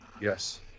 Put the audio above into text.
Yes